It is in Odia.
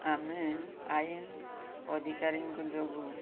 ଆମେ ଆଇନ ଅଧିକାରୀଙ୍କ ଯୋଗୁଁ